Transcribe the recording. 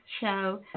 show